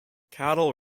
cattle